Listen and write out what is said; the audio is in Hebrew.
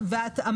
זמן של אי ודאות.